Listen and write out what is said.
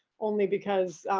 only because